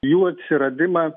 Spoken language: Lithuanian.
jų atsiradimą